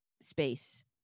space